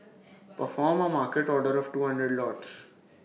perform A market order of two hundred lots